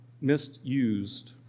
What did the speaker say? misused